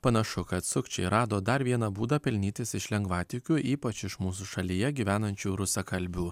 panašu kad sukčiai rado dar vieną būdą pelnytis iš lengvatikių ypač iš mūsų šalyje gyvenančių rusakalbių